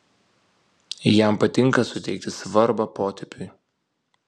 jam patinka suteikti svarbą potėpiui